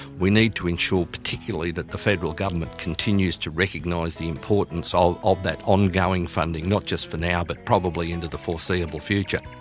we need to ensure particularly that the federal government continues to recognise the importance of that ongoing funding. not just for now but probably into the foreseeable future.